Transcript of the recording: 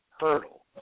hurdle